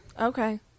Okay